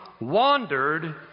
wandered